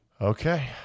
okay